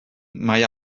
mae